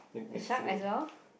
a shark as well